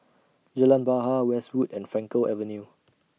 Jalan Bahar Westwood and Frankel Avenue